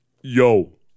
yo